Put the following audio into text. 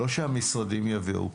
לא שהמשרדים יביאו.